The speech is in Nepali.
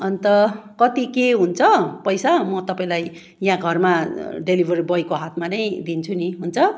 अन्त कति के हुन्छ पैसा म तपाईँलाई यहाँ घरमा डेलिभर बोईको हातमा नै दिन्छु नि हुन्छ